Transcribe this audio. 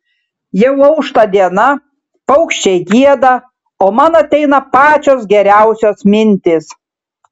jau aušta diena paukščiai gieda o man ateina pačios geriausios mintys